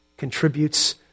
contributes